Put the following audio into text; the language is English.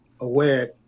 aware